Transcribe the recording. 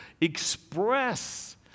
express